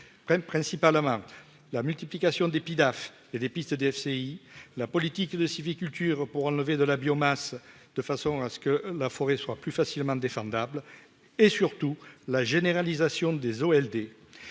principe à la main, la multiplication des pies DAF, il y a des pistes DFCI la politique de sylviculture pour enlever de la biomasse, de façon à ce que la forêt soit plus facilement défendable et surtout la généralisation des eaux